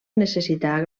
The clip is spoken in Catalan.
necessitar